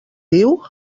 diu